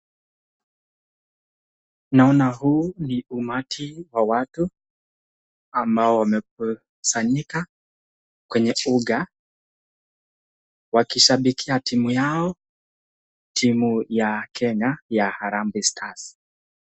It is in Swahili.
Naona huu ni umati wa watu, ambao wamekusanyika kwenye uga, wakishabikia timu yao, timu ya Kenya ya Harambee stars.